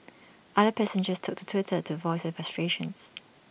other passengers took to Twitter to voice their frustrations